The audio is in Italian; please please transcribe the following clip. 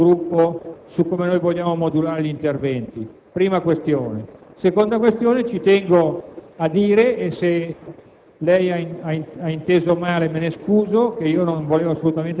credo che il nostro Gruppo abbia tutto il diritto di modulare i propri interventi come meglio crede, visto che siamo fuori dalla norma. Quindi, il fatto che lei cominci ad armonizzare il martedì, mi scusi, è eccessivo,